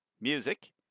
music